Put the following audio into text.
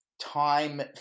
time